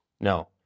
no